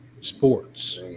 sports